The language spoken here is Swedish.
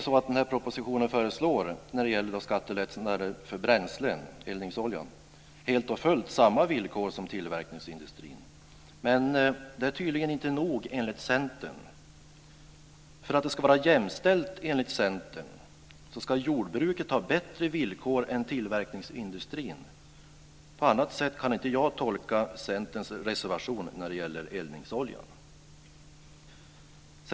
I propositionen föreslås när det gäller skattelättnader för bränsle, eldningsolja, helt och fullt samma villkor som gäller tillverkningsindustrin. Men det är tydligen inte nog enligt Centern. För att det enligt Centern ska vara jämställt ska jordbruket ha bättre villkor än tillverkningsindustrin. På annat sätt kan jag inte tolka Centerns reservation när det gäller eldningsolja.